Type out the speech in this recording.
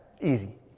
Easy